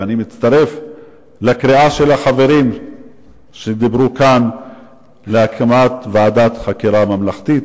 ואני מצטרף לקריאה של החברים שדיברו כאן להקמת ועדת חקירה ממלכתית,